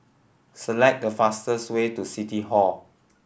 select the fastest way to City Hall